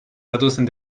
reducen